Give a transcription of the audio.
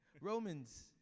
Romans